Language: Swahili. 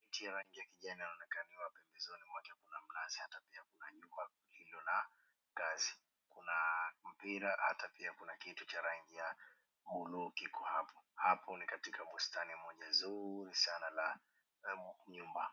Miti ya rangi ya kijani inaonekania pembezoni mwake kuna mnazi hata pia kuna nyumba iliyo na ngazi. Kuna mpira hata pia kuna rangi ya buluu iko hapo. Hapo ni katika bustani moja nzuri sana la nyumba.